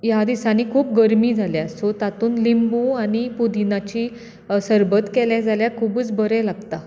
ह्या दिसांनी खूब गरमी जाल्या सो तातूंत लिंबू आनी पुदिनांचीं सरबत केलें जाल्यार खूबच बरें लागता